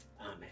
Amen